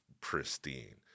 pristine